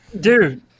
Dude